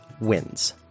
wins